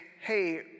hey